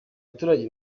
baturage